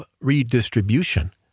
redistribution